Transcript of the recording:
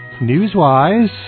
news-wise